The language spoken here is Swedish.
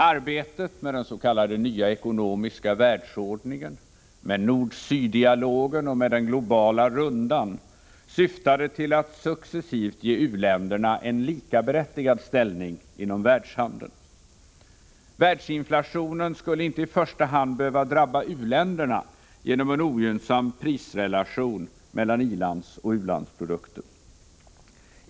Arbetet med den ”nya ekonomiska världsordningen”, ”nord-syd-dialogen” och ”den globala rundan” syftade till att successivt ge u-länderna en likaberättigad ställning inom världshandeln. Världsinflationen skulle inte i första hand behöva drabba u-länderna genom en ogynnsam prisrelation mellan i-landsoch u-landsprodukter.